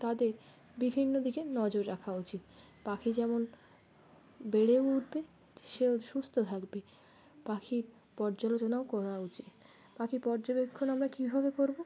তাদের বিভিন্ন দিকে নজর রাখা উচিত পাখি যেমন বেড়ে উঠবে সেও সুস্থ থাকবে পাখির পর্যালোচনাও করা উচিত পাখি পর্যবেক্ষণ আমরা কীভাবে করবো